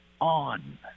on